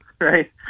right